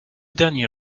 dernier